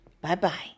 Bye-bye